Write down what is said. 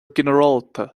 ginearálta